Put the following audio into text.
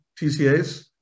TCAs